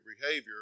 behavior